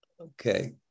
Okay